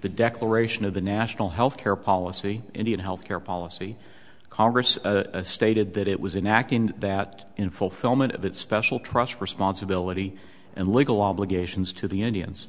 the declaration of the national health care policy indian health care policy congress stated that it was an ak and that in fulfillment of its special trust responsibility and legal obligations to the indians